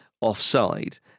offside